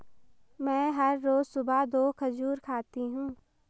मैं हर रोज सुबह दो खजूर खाती हूँ